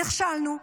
נכשלנו,